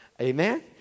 Amen